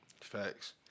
Facts